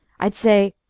i'd say,